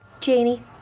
Janie